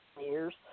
years